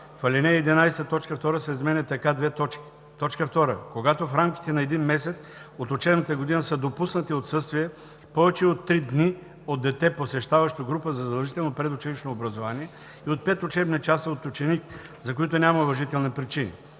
в ал. 11 т. 2 се изменя така: „2. когато в рамките на един месец от учебната година са допуснати отсъствия повече от три дни от дете, посещаващо група за задължително предучилищно образование, и от 5 учебни часа от ученик, за които няма уважителни причини;